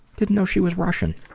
didn't know she was russian.